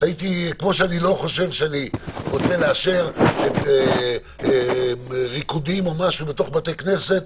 כמו שאני לא חושב שאני רוצה לאשר ריקודים בתוך בתי כנסת,